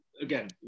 Again